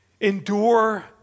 endure